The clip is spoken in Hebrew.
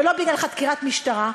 ולא בגלל חקירת משטרה.